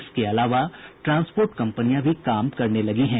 इसके अलावा ट्रांसपोर्ट कंपनियां भी काम करने लगी हैं